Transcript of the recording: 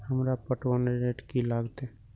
हमरा पटवन रेट की लागते?